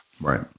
Right